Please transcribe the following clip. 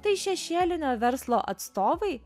tai šešėlinio verslo atstovai